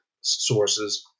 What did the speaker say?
sources